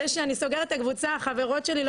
זה שאני סוגרת הקבוצה החברות שלי לא